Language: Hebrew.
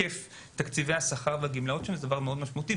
תקציבי השכר והגמלאות שזה דבר מאוד משמעותי.